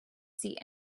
seat